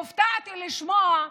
הופתעתי לשמוע,